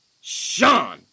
Sean